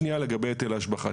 נקודה שנייה לגבי היטל ההשבחה.